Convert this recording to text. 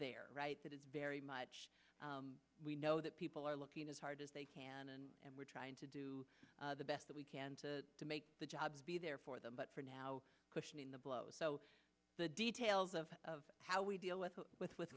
there that is very much we know that people are looking as hard as they can and and we're trying to do the best that we can to make the job be there for them but for now cushioning the blow so the details of how we deal with with with